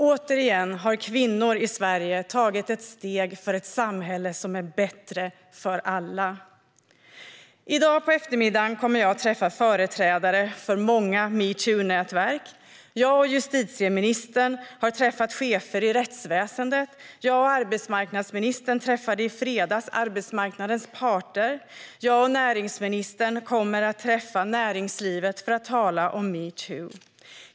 Återigen har kvinnor i Sverige tagit ett steg för ett samhälle som är bättre för alla. I dag på eftermiddagen kommer jag att träffa företrädare för många metoo-nätverk. Jag och justitieministern har träffat chefer i rättsväsendet, jag och arbetsmarknadsministern träffade i fredags arbetsmarknadens parter och jag och näringsministern kommer att träffa näringslivet för att tala om metoo.